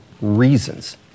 reasons